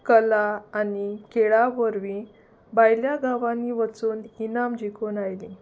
कला आनी खेळा वरवीं भायल्या गांवांनी वचून इनाम जिकून आयलीं